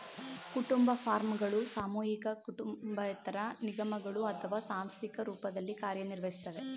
ಕುಟುಂಬ ಫಾರ್ಮ್ಗಳು ಸಾಮೂಹಿಕ ಕುಟುಂಬೇತರ ನಿಗಮಗಳು ಅಥವಾ ಸಾಂಸ್ಥಿಕ ರೂಪದಲ್ಲಿ ಕಾರ್ಯನಿರ್ವಹಿಸ್ತವೆ